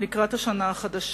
לקראת השנה החדשה.